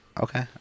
Okay